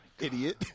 Idiot